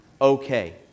okay